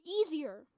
easier